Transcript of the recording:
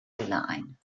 line